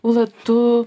ūla tu